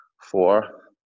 four